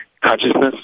consciousness